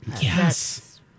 Yes